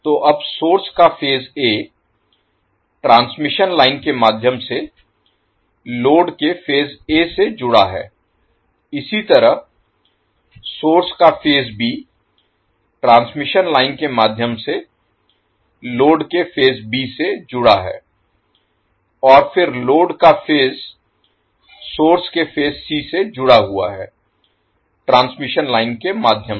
तो अब सोर्स का फेज A ट्रांसमिशन लाइन के माध्यम से लोड के फेज A से जुड़ा है इसी तरह सोर्स का फेज B ट्रांसमिशन लाइन के माध्यम से लोड के फेज B से जुड़ा है और फिर लोड का फेज सोर्स के फेज C से जुड़ा है ट्रांसमिशन लाइन के माध्यम से